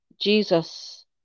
Jesus